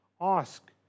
Ask